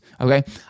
okay